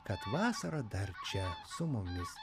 kad vasara dar čia su mumis